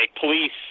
police